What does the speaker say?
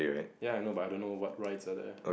ya I know but I don't know what rights are there